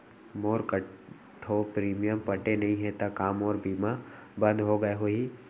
मोर कई ठो प्रीमियम पटे नई हे ता का मोर बीमा बंद हो गए होही?